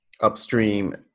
upstream